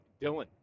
Dylan